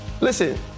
Listen